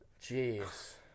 Jeez